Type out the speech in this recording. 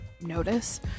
notice